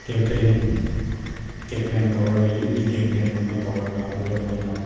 campaign campaign ꯇꯧꯔꯒ ꯌꯨꯠꯀꯤ ꯀꯦꯝꯄꯦꯟꯒꯨꯝꯕ ꯇꯧꯔꯒ ꯑꯗꯨꯗ ꯃꯣꯏꯅ